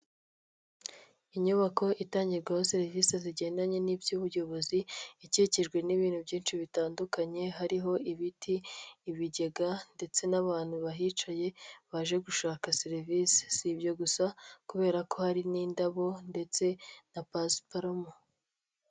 Inyubako itangirwaho serivisi zigendanye n'ibyubuyobozi, ikikijwe n'ibintu byinshi bitandukanye hariho ibiti, ibigega, ndetse n'abantu bahicaye baje gushaka serivisi. Si ibyo gusa, kubera ko hari n'indabo ndetse na pasuparume.